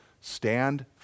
Stand